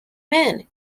man